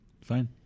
Fine